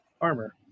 armor